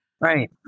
Right